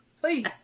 please